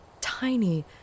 Tiny